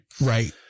Right